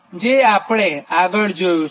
જે આપણે આગળ જોયું છે